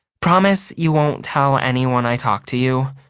promise you won't tell anyone i talked to you?